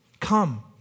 Come